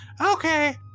Okay